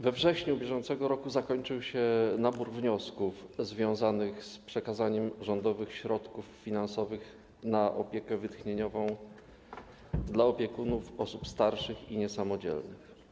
We wrześniu br. zakończył się nabór wniosków związanych z przekazaniem rządowych środków finansowych na opiekę wytchnieniową dla opiekunów osób starszych i niesamodzielnych.